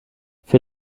für